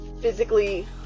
physically